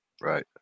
right